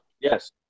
yes